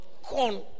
corn